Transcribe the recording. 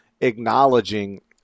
acknowledging